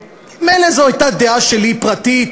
ומילא אם זו הייתה דעה שלי פרטית,